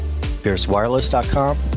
PierceWireless.com